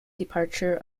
departure